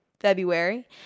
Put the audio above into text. February